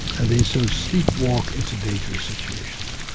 and they so sleepwalk into dangerous situations.